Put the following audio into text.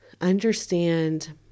understand